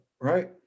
right